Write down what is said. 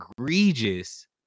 egregious